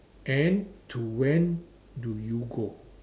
and to when do you go